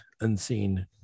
unseen